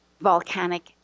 volcanic